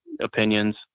opinions